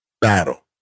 battle